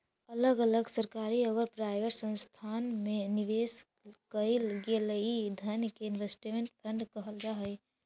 अलग अलग सरकारी औउर प्राइवेट संस्थान में निवेश कईल गेलई धन के इन्वेस्टमेंट फंड कहल जा हई